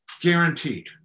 guaranteed